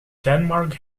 denmark